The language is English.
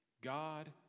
God